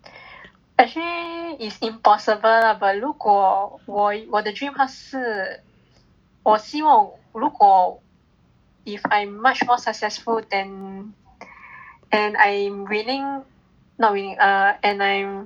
actually is impossible lah but 如果我我的 dream house 是我希望如果 if I'm much more successful than and and I am willing not willing err and I am